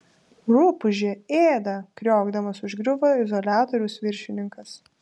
rupūžė ėda kriokdamas užgriuvo izoliatoriaus viršininkas